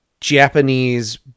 Japanese